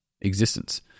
existence